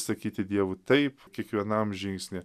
sakyti dievu taip kiekvienam žingsny